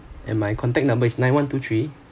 and my contact number is nine one two three